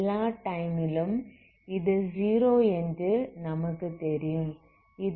எல்லா டைமிலும் இது 0 என்று நமக்கு தெரியும்